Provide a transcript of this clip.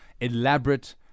elaborate